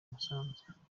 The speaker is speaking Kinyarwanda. musanze